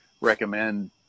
recommend